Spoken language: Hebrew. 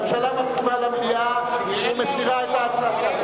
הממשלה מסכימה למליאה ומסירה את הצעתה.